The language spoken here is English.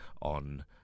on